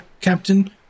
Captain